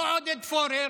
לא עודד פורר,